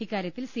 ഇക്കാര്യത്തിൽ സി